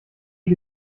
ich